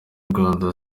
rwanda